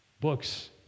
Books